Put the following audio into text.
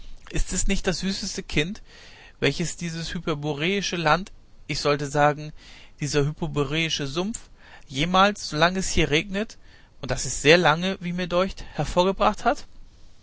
ist es nicht das süßeste kind welches dieses hyperboreische land ich sollte sagen dieser hyperboreische sumpf jemals solange es hier regnet und das ist sehr lange wie mir deucht hervorgebracht hat